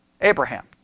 Abraham